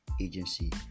agency